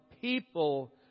people